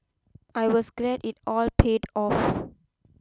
I was glad it all paid off